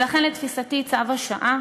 לכן, לתפיסתי, צו השעה